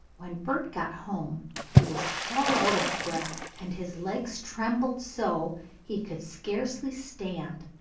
when bert got home he was all out of breath, and his legs trembled so he could scarcely stand.